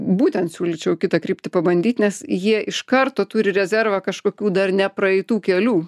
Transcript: būtent siūlyčiau kitą kryptį pabandyt nes jie iš karto turi rezervą kažkokių dar nepraeitų kelių